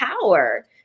power